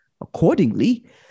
Accordingly